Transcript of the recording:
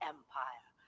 Empire